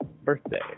birthday